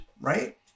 right